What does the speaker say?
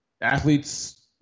athletes